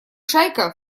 шайка